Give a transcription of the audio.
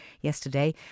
yesterday